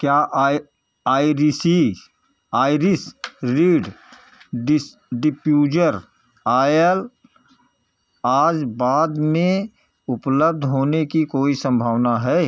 क्या आई आइरिसी आईरिस रिड डिस डिप्युजर आयल आज बाद में व उपलब्ध होने की कोई संभावना है